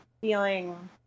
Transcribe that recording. feeling